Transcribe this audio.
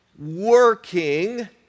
working